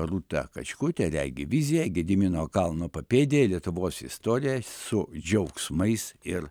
rūta kačkutė regi viziją gedimino kalno papėdėje lietuvos istorija su džiaugsmais ir